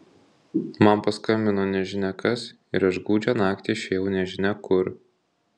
man paskambino nežinia kas ir aš gūdžią naktį išėjau nežinia kur